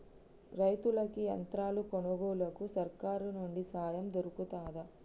రైతులకి యంత్రాలు కొనుగోలుకు సర్కారు నుండి సాయం దొరుకుతదా?